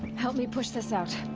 help me push this out!